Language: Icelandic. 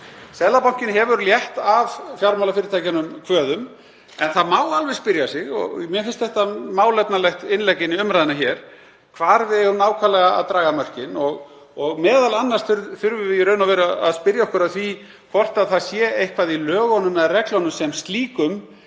Seðlabankinn hefur létt af fjármálafyrirtækjunum kvöðum, en það má alveg spyrja sig, og mér finnst þetta málefnalegt innlegg inn í umræðuna hér, hvar við eigum nákvæmlega að draga mörkin. Við þurfum m.a. að spyrja okkur að því hvort það sé eitthvað í lögunum eða reglunum sem slíkum